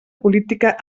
política